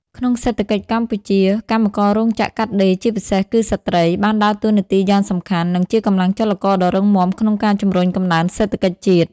ក្នុងសេដ្ឋកិច្ចកម្ពុជា កម្មកររោងចក្រកាត់ដេរ ជាពិសេសគឺស្ត្រី បានដើរតួនាទីយ៉ាងសំខាន់ និងជាកម្លាំងចលករដ៏រឹងមាំក្នុងការជំរុញកំណើនសេដ្ឋកិច្ចជាតិ។